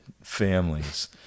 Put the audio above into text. families